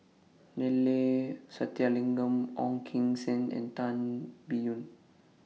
Neila Sathyalingam Ong Keng Sen and Tan Biyun